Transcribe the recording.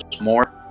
more